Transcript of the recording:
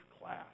class